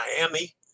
Miami